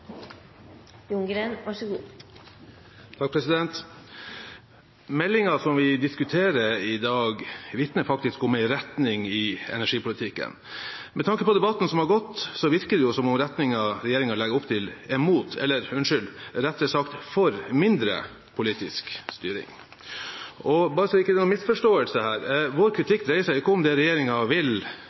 for det. Så det er riktig, man må vise ved handling hva man ønsker, og det trenger virkelig også Arbeiderpartiet å gjøre. Den meldingen som vi diskuterer i dag, vitner faktisk om en retning i energipolitikken. Med tanke på debatten som har gått, virker det jo som om retningen som regjeringen legger opp til, er mot – eller rettere sagt for – mindre politisk styring. Og bare så det